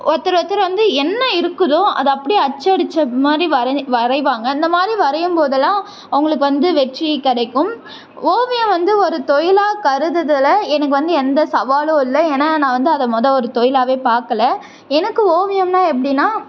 ஒருத்தர் ஒருத்தர் வந்து என்ன இருக்குதோ அதை அப்படியே அச்சடித்த மாதிரி வரைய வரைவாங்க இந்த மாதிரி வரையும் போதெல்லாம் அவர்களுக்கு வந்து வெற்றி கிடைக்கும் ஓவியம் வந்து ஒரு தொழிலாக கருதுறதில் எனக்கு வந்து எந்த சவாலும் இல்லை ஏன்னால் நான் வந்து அதை மொல்த ஒரு தொழிலாகவே பார்க்கல எனக்கு ஓவியம்னால் எப்படினா